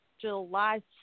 July